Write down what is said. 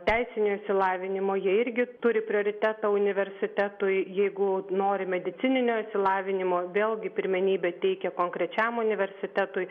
teisinio išsilavinimo jie irgi turi prioritetą universitetui jeigu nori medicininio išsilavinimo vėlgi pirmenybę teikia konkrečiam universitetui